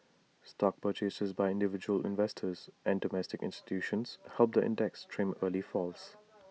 stock purchases by individual investors and domestic institutions helped the index trim early falls